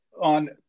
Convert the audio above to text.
on